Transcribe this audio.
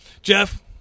Jeff